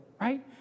right